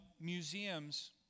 museums